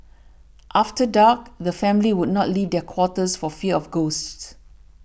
after dark the families would not leave their quarters for fear of ghosts